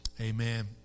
amen